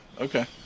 okay